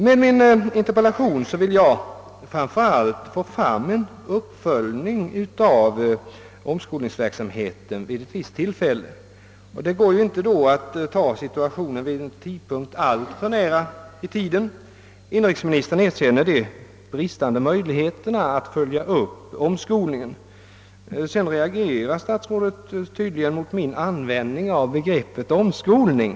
Med min interpellation ville jag vidare få till stånd en uppföljning av omskolningsverksamheten vid ett visst tillfälle. Det går ju då inte att som utgångspunkt ta situationen vid en alltför näraliggande tidpunkt. Inrikesministern erkänner de bristande möjligheterna att följa upp omskolningen, men statsrådet reagerar tydligen mot min användning av begreppet omskolning.